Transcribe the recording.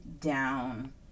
down